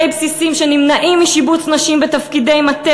בסיסים שנמנעים משיבוץ נשים בתפקידי מטה,